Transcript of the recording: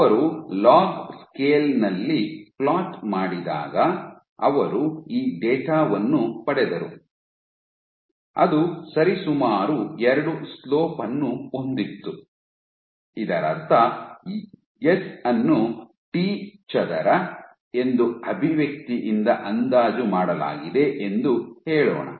ಅವರು log scale ನಲ್ಲಿ float ಮಾಡಿದಾಗ ಅವರು ಈ ಡೇಟಾ ವನ್ನು ಪಡೆದರು ಅದು ಸರಿಸುಮಾರು ಎರಡು ಸ್ಲೋಪ್ ಅನ್ನು ಹೊಂದಿತ್ತು ಇದರರ್ಥ ಎಸ್ ಅನ್ನು ಟಿ ಚದರ ಎಂದು ಅಭಿವ್ಯಕ್ತಿಯಿಂದ ಅಂದಾಜು ಮಾಡಲಾಗಿದೆ ಎಂದು ಹೇಳೋಣ